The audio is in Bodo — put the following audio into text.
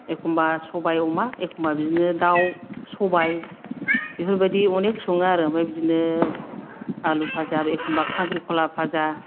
एखनबा सबाय अमा एखनबा बिदिनो दाउ सबाय बेफोरबायदि अनेख सङो आरो बिदिनो आलु फाजा एखनबा खांख्रिखला फाजा